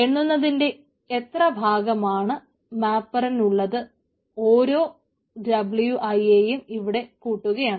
എണ്ണുന്നതിന്റെ എത്ര ഭാഗമാണ് മാപ്പറിനുള്ളത് ഓരോ Wi യേയും ഇവിടെ കൂട്ടുകയാണ്